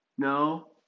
No